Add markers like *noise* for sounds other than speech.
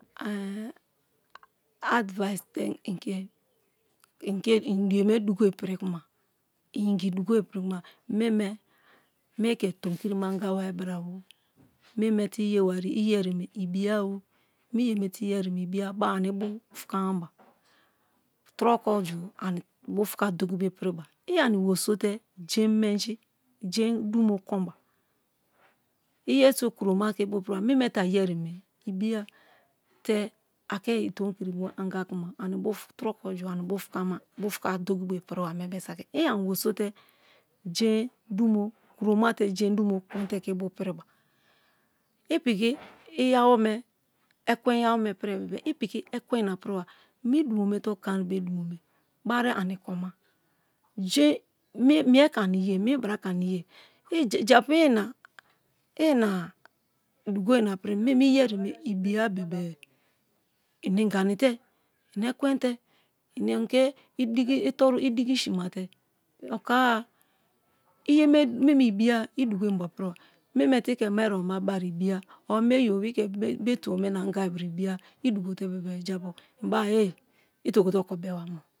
*unintelligible* aduise te i̱ ke i ke ye me dugo ipiri kuma i̱ ingi dugo ipiri kuma meme mie i ke tomikiri me anga wari bra-o meme te i yeri yeme ibiya-a o. Miye me te i yere yeme ibiya ba-a ani ibu̱ fukmaba trokogu ani bufuka doki̱ bo ipiriba i ani weri so te gein menji, jein dumo konba iyeriso kuro te ki ibu priba meme te ayeri yeme ibiya te a ke i tomi kiri me anga kuma turoko ju ani bufukama ba, bufuka dokibo ipiriba mie saki i ani weriso te gein dumo kromate jein dumo konte ke ibu piriba i piki iya wome ekwen iyawome prim bebe-e i piki ekwenina priba mi-dumo me te o koin be dumo me bari ani kon ma jein *hesitation* mie ke ani ye mi bra ke ani ye japu *unintelligible* dugo ina prim meme iyeriye me iniya bebe-e i ingani te i ekwen te i anike idiki sima te *hesitation* oka-a iyeme meme ibiya i dugo imbo piriba meme te i ke mi erebo ma bai ye ibiya or mi oyibo be i ke mi tubo ma na anga bra ibiya i dugo te bebe-e japu i beba e-e i tie gote oko beba mo.